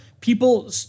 people